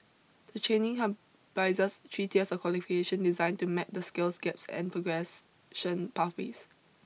the training comprises three tiers of qualification designed to map the skills gaps and progression pathways